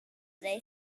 they